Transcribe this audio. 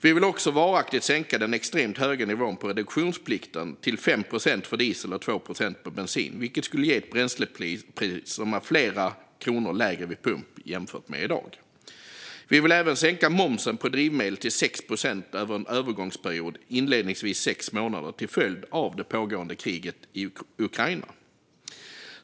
Vi vill också varaktigt sänka den extremt höga nivån på reduktionsplikten till 5 procent för diesel och 2 procent för bensin, vilket skulle ge ett bränslepris som är flera kronor lägre vid pump jämfört med i dag. Vi vill även sänka momsen på drivmedel till 6 procent under en övergångsperiod, inledningsvis sex månader, till följd av det pågående kriget i Ukraina.